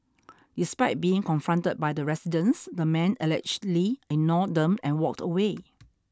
despite being confronted by the residents the man allegedly ignored them and walked away